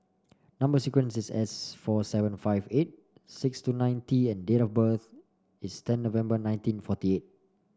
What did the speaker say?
number sequence is S four seven five eight six two nine T and date of birth is ten November nineteen forty eight